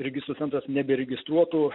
registrų centras neberegistruotų